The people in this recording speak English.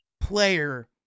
player